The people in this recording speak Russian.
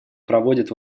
проводят